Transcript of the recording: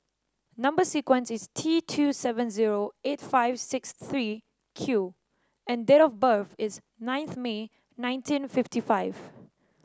number sequence is T two seven zero eight five six three Q and date of birth is ninth May nineteen fifty five